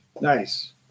Nice